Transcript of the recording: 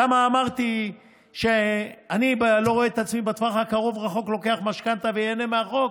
אני לא רואה את עצמי בטווח הקרוב-רחוק לוקח משכנתה ונהנה מהחוק.